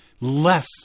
less